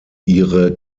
ihre